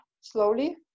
slowly